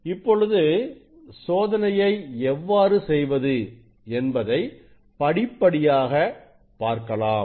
இப்பொழுது சோதனையை எவ்வாறு செய்வது என்பதை படிப்படியாக பார்க்கலாம்